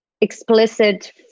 explicit